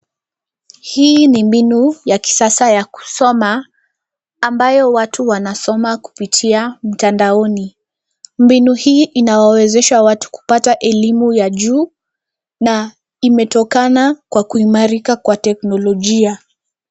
Hii ni mbinu ya kisasa ya kusoma ambayo watu wanasoma kupitia mtandaoni. Mbinu hii inawawezesha watu kupata elimu ya juu na imetokana kwa kuimarika kwa teknolojia.